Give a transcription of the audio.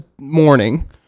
morning